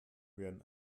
werden